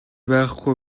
байхгүй